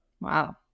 Wow